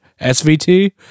SVT